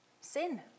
Sin